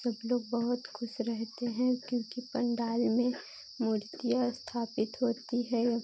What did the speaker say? सब लोग बहुत ख़ुश रहते हैं क्योंकि पंडाल में मूर्तियाँ स्थापित होती है